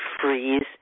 freeze